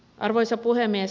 arvoisa puhemies